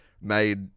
made